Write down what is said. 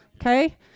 Okay